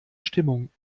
stimmung